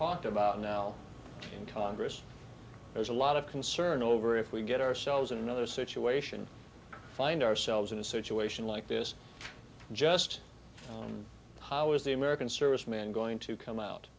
talked about now in congress there's a lot of concern over if we get ourselves in another situation to find ourselves in a situation like just how is the american serviceman going to come out